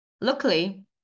Luckily